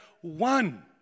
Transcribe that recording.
one